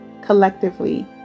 collectively